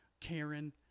Karen